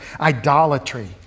idolatry